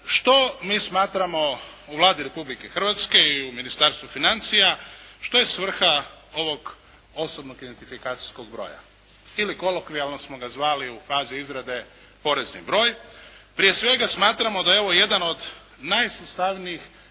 što mi smatramo u Vladi Republike Hrvatske i u Ministarstvu financija, što je svrha ovog osobnog identifikacijskog broja ili kolokvijalno smo ga zvali u fazi izrade porezni broj. Prije svega smatramo da je ovo jedan od najsustavnijih